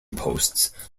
posts